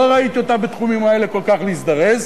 לא ראיתי אותה בתחומים האלה כל כך מזדרזת.